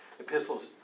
epistles